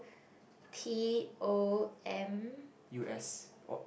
T O M